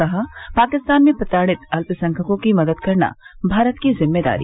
कहा पाकिस्तान में प्रताड़ित अल्पसंख्यकों की मदद करना भारत की जिम्मेदारी